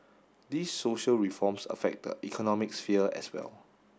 these social reforms affect the economic sphere as well